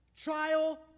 trial